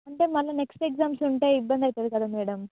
అంటే మళ్ళీ next exams ఉంటే ఇబ్బంది అవుతుంది కదా మేడమ్